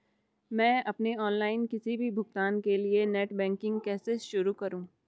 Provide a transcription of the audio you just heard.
मैं अपने ऑनलाइन किसी भी भुगतान के लिए नेट बैंकिंग कैसे शुरु करूँ?